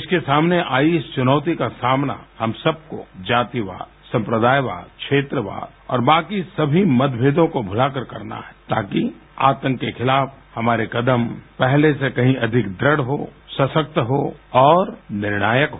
देश के सामने आयी इस चुनौती का सामना हम सबको जातिवाद सम्प्रदायवाद श्वेत्रवाद और बाकी सभी मतभेदों को भुलाकर करना है ताकि आतंक के खिलाफ हमारे कदम पहले से कहीं अधिक दृढ़ हो सशक्त हो और निर्णायक हो